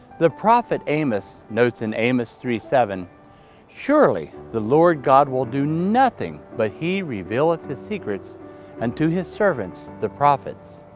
the prophet amos notes in amos three seven surely the lord god will do nothing, but he revealeth his secret and unto his servants the prophets.